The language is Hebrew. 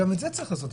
גם את זה צריך לעשות.